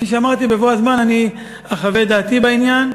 כפי שאמרתי, בבוא הזמן אני אחווה את דעתי בעניין.